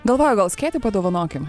galvoju gal skėtį padovanokim